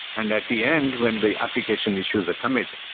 and at the end when the application issues a commit,